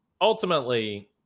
ultimately